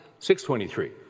6.23